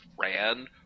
ran